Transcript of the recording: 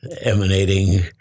emanating